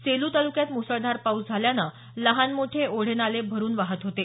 सेलू तालुक्यात मुसळधार पाऊस झाल्यानं लहान मोठे ओढे नाले भरून वाहत होते